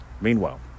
Meanwhile